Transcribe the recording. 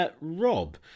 Rob